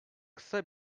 kısa